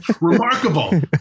Remarkable